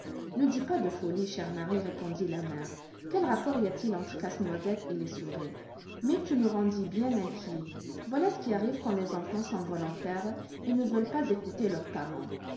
ne dis pas de folies chère marie répondit la mère quel rapport y a-t-il entre casse-noisette et les souris mais tu nous rendis bien inquiets voilà ce qui arrive quand les enfants sont volontaires et ne veulent pas écouter leurs parents